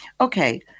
Okay